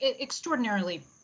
extraordinarily